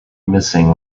missing